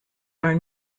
are